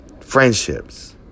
Friendships